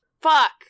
Fuck